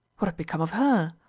what had become of her?